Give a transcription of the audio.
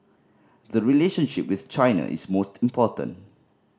the relationship with China is most important